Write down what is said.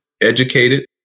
educated